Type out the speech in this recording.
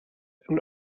and